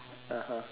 (uh huh)